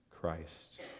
Christ